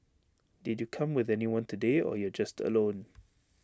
did you come with anyone today or you're just alone